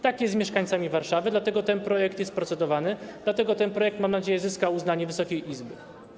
Tak jest z mieszkańcami Warszawy, dlatego ten projekt jest procedowany, dlatego ten projekt, mam nadzieję, zyska uznanie Wysokiej Izby.